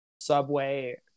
Subway